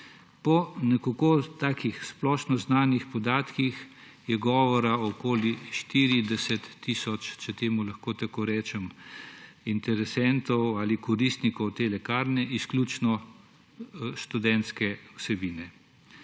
lekarna. Po splošno znanih podatkih je govora o okoli 40 tisoč, če temu lahko tako rečem, interesentov ali koristnikov te lekarne izključno študentske vsebine.